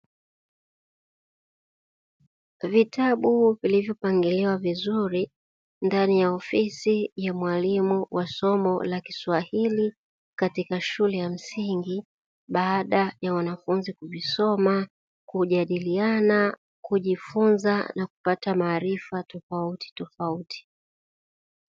Vitabu vilivyopangiliwa vizuri ndani ya ofisi ya mwalimu wa somo la kiswahili katika shule ya msingi, baada ya wanafunzi kuvisoma, kujadiliana, kujifunza na kupata maarifa tofautitofauti.